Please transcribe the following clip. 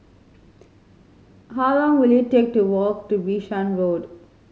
how long will it take to walk to Bishan Road